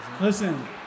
Listen